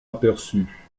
aperçu